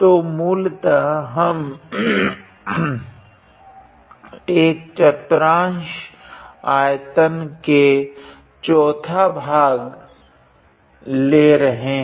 तो मूलतः हम एक चतुरंक्ष में आयतन का 4था भाग ले रहे है